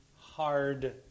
hard